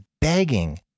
begging